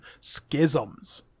schisms